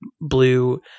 blue